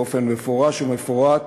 באופן מפורש ומפורט